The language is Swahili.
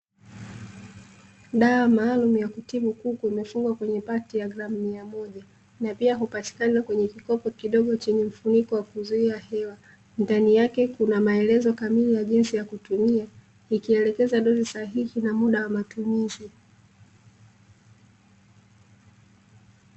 Dawa maalumu ya kutibu kuku imefungwa kwenye pakti ya gramu mia moja, na pia hupatikana kwenye kikopo kidogo chenye mfuniko wa kuzuia hewa. Ndani yake kuna maelezo kamili ya jinsi ya kutumia, ikielekeza dozi sahihi na muda wa matumizi.